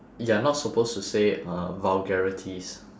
you're not supposed to say uh vulgarities